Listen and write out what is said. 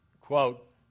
quote